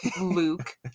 Luke